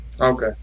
Okay